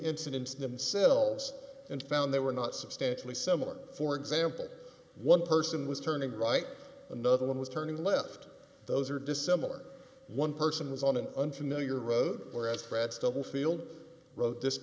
incidents themselves and found they were not substantially similar for example one person was turning right another one was turning left those or dissimilar one person was on an unfamiliar road where as fred stubblefield wrote this